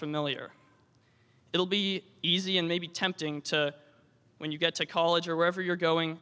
familiar it'll be easy and maybe tempting to when you get to college or wherever you're going